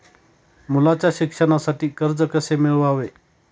मुलाच्या शिक्षणासाठी कर्ज कसे मिळवावे?